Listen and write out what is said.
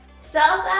South